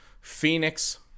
Phoenix